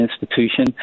institution